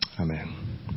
Amen